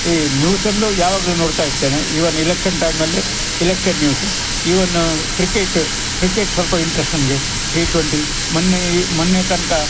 ಈ ನ್ಯೂಸ್ ಒಂದು ಯಾವಾಗಲು ನೋಡುತ್ತಾಯಿರ್ತೇನೆ ಈವನ್ ಇಲೆಕ್ಷನ್ ಟೈಮಿನಲ್ಲಿ election news even cricket cricket ಸ್ವಲ್ಪ ಇಂಟ್ರೆಸ್ಟ್ ನನಗೆ ಟಿ ಟ್ವೆಂಟಿ ಮೊನ್ನೆ ಮೊನ್ನೆ ತನಕ